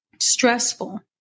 stressful